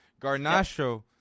Garnacho